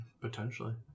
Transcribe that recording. Potentially